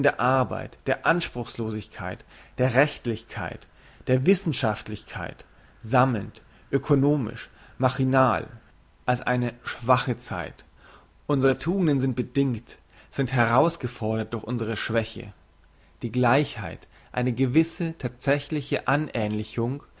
arbeit der anspruchslosigkeit der rechtlichkeit der wissenschaftlichkeit sammelnd ökonomisch machinal als eine schwache zeit unsre tugenden sind bedingt sind herausgefordert durch unsre schwäche die gleichheit eine gewisse thatsächliche